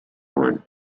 want